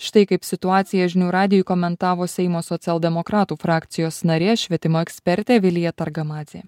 štai kaip situaciją žinių radijui komentavo seimo socialdemokratų frakcijos narė švietimo ekspertė vilija targamadzė